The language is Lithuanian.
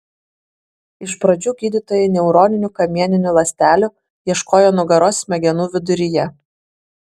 iš pradžių gydytojai neuroninių kamieninių ląstelių ieškojo nugaros smegenų viduryje